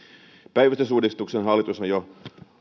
päivystysuudistuksen hallitus on jo